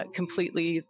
completely